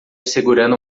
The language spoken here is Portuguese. segurando